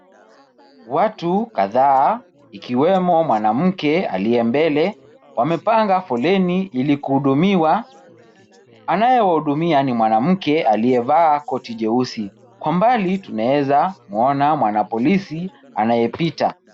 Watu kadhaa akiwemo mwanamke aliye mbele wamepanga foleni ili kuhudumiwa. Anayewahudumja ni mwanamke aliyevaa koti jeusi. Kwa mbali tunaeza mwona mwanapolisi anayepita.